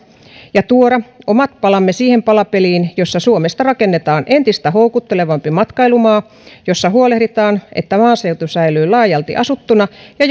ja tuoda omat palamme siihen palapeliin jossa suomesta rakennetaan entistä houkuttelevampi matkailumaa jossa huolehditaan että maaseutu säilyy laajalti asuttuna ja